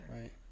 right